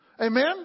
Amen